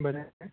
बरें